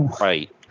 right